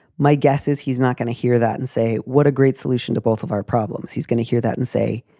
my guess is he's not going to hear that and say what a great solution to both of our problems. he's going to hear that and say,